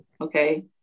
Okay